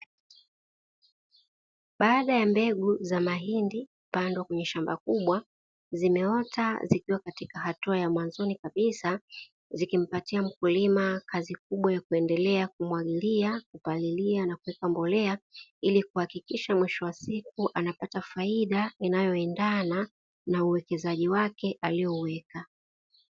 Baada ya mbegu za mahindi kupandwa kwenye shamba kubwa, zimeota zikiwa katika hatua ya mwanzoni kabisa, zikimpatia mkulima kazi kubwa yakuendelea kumwagilia, kupalilia na kuweka mbolea ili kuhakikisha mwisho wa siku anapata faida inayoendana na uwekezaji wake aliouweka.